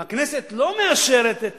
אם הכנסת לא מאשרת את